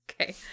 Okay